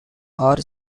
are